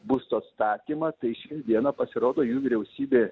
būsto atstatymą tai šiandieną pasirodo jų vyriausybė